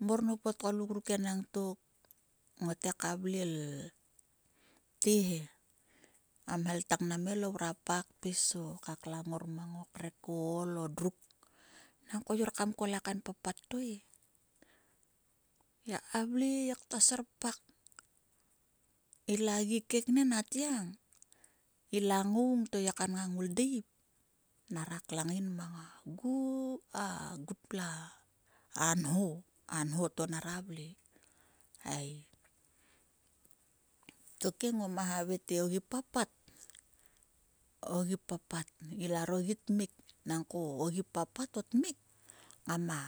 Mor mop o tgoluk ruk enang tok ngotte ka vle te he. A mhel tang nam ngai lo vrua kpa kpis o ka klang ngor mo krek o ol o druk. Nangko ngiaor kam kol o kain papat ruk enangtok e. Ngiak ktua vle ngiak ktua serpak. Ila gi keknen atgiang, ila ngouing to yi kaen ngang ngoldeip nera klang yin mang a gutpla a nho, a nho to nera vle ei. Tokhe ngoma havai te ogipapat ogi papat ila ro gi tmik nangko o gi papat a tmik ngama